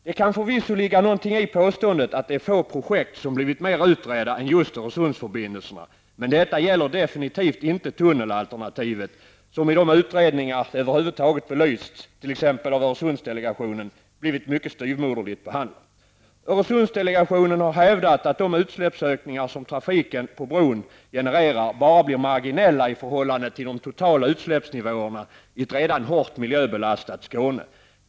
Det kan förvisso ligga någonting i påståendet att det är få projekt som blivit mer utredda än just Öresundsförbindelserna, men detta gäller definitivt inte tunnelalternativet, som i de utredningar där det över huvud taget har belysts, t.ex. av Öresundsdelegationen, har blivit mycket styvmoderligt behandlat. Öresundsdelegationen har hävdat att de utsläppsökningar som trafiken på bron genererar bara blir marginella i förhållande till de totala utsläppsnivåerna i ett redan hårt miljöbelastat Skåne.